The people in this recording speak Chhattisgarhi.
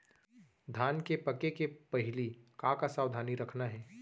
धान के पके के पहिली का का सावधानी रखना हे?